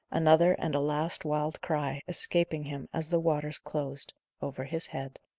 another and a last wild cry escaping him as the waters closed over his head.